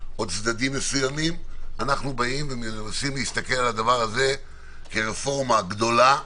אלא מנסים להסתכל על כך כרפורמה גדולה,